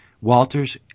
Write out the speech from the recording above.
Walters